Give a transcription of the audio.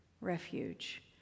refuge